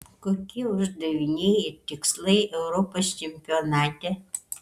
kokie uždaviniai ir tikslai europos čempionate